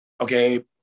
okay